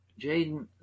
Jaden